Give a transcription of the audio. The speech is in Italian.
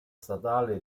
statale